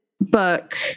book